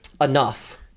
Enough